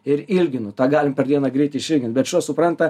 ir ilginu tą galim per dieną greit išilgint bet šuo supranta